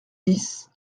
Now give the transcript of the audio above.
dix